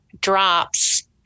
drops